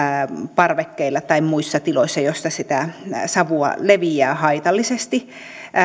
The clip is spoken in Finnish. parvekkeilla tai muissa tiloissa joista sitä savua leviää haitallisesti